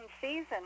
season